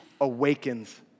awakens